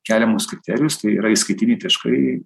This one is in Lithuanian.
keliamus kriterijus tai yra įskaitiniai taškai